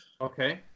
okay